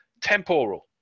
temporal